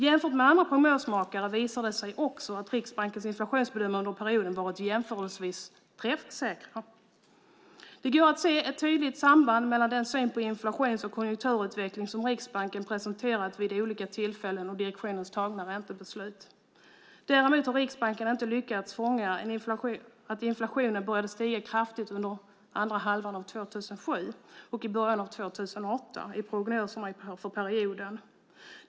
Jämfört med andra prognosmakare visar det sig också att Riksbankens inflationsbedömningar under perioden har varit jämförelsevis träffsäkra. Det går att se ett tydligt samband mellan den syn på inflations och konjunkturutvecklingen som Riksbanken presenterat vid olika tillfällen och direktionens tagna räntebeslut. Däremot har Riksbanken inte lyckats fånga att inflationen började stiga kraftigt under andra halvan av 2007 och i början av 2008 i prognoserna för perioden.